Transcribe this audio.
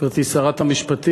גברתי שרת המשפטים,